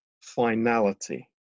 finality